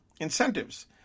incentives